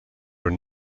were